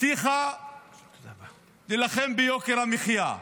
הבטיחה להילחם ביוקר המחיה,